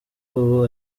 ubu